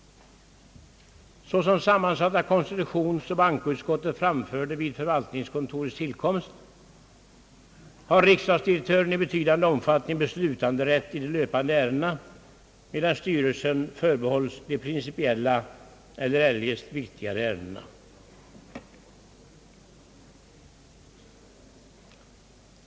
Såsom sammansatta konstitutionsoch bankoutskottet framförde vid förvaltningskontorets tillkomst har riksdagsdirektören i betydande omfattning beslutanderätt i de löpande ärendena, medan de principiella eller eljest viktigare ärendena förbehålles styrelsen. 2.